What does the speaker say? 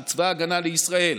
של צבא ההגנה לישראל,